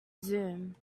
zoom